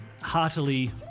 heartily